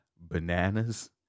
bananas